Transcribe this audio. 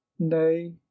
nay